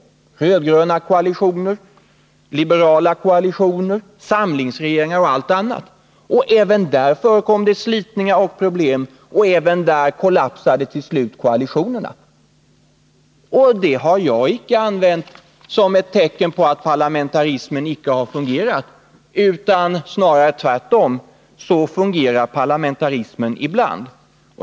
Det har varit röd-gröna koalitioner, liberala koalitioner och samlingsregeringar. Även där förekom slitningar och problem, och även där kollapsade till slut koalitionerna. Det har jag icke använt som ett tecken på att parlamentarismen icke har fungerat, utan jag har snarare tvärtom sagt att så fungerar parlamentarismen ibland.